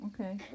Okay